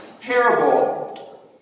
parable